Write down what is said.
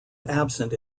absent